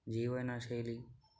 జీవన శైలి